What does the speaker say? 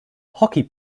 hockey